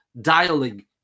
dialing